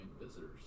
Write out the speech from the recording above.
visitors